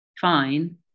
fine